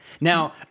Now